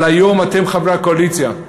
אבל היום, אתם, חברי הקואליציה,